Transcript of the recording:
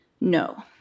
No